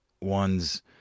one's